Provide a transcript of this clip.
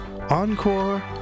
Encore